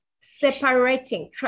separating